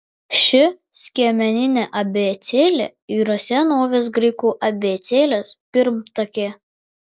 ši skiemeninė abėcėlė yra senovės graikų abėcėlės pirmtakė